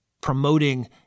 promoting